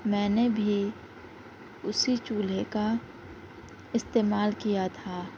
میں نے بھی اسی چولہے کا استعمال کیا تھا